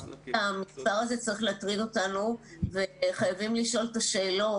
המספר הזה צריך להטריד אותנו וחייבים לשאול את השאלות,